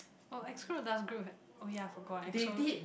oh Exo does group have oh ya forget Exo